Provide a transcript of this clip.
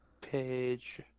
Page